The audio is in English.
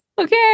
okay